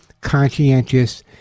conscientious